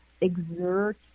exert